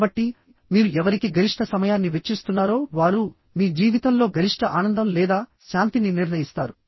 కాబట్టి మీరు ఎవరికి గరిష్ట సమయాన్ని వెచ్చిస్తున్నారో వారు మీ జీవితంలో గరిష్ట ఆనందం లేదా శాంతిని నిర్ణయిస్తారు